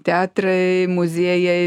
teatrai muziejai